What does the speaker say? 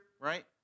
right